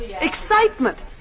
excitement